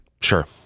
Sure